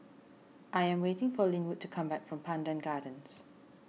I am waiting for Lynwood to come back from Pandan Gardens